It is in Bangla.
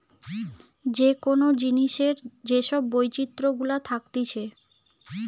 যে কোন জিনিসের যে সব বৈচিত্র গুলা থাকতিছে